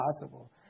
possible